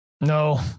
No